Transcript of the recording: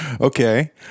okay